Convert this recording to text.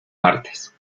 martes